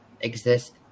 exist